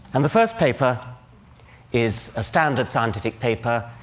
and the first paper is a standard scientific paper,